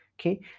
okay